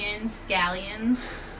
scallions